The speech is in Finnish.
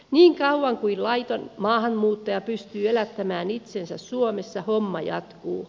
niin kauan kuin laiton maahanmuuttaja pystyy elättämään itsensä suomessa homma jatkuu